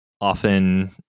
often